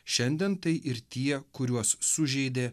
šiandien tai ir tie kuriuos sužeidė